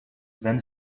then